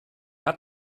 hat